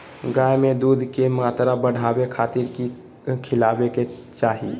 गाय में दूध के मात्रा बढ़ावे खातिर कि खिलावे के चाही?